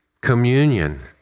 communion